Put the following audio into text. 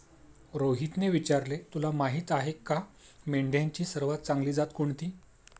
रोहितने विचारले, तुला माहीत आहे का मेंढ्यांची सर्वात चांगली जात कोणती?